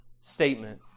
statement